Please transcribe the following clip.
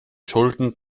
schulden